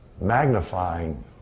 magnifying